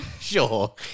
Sure